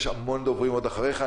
יש עוד המון דוברים אחריך.